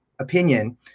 opinion